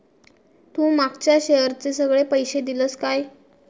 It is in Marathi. तू मागच्या शेअरचे सगळे पैशे दिलंस काय?